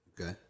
Okay